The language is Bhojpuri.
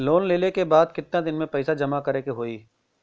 लोन लेले के बाद कितना दिन में पैसा जमा करे के होई?